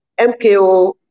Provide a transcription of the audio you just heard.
MKO